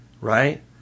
right